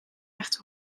rechte